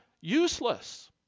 useless